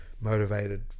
motivated